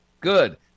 Good